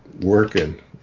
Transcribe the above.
working